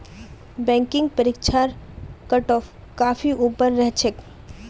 banking परीक्षार cutoff काफी ऊपर रह छेक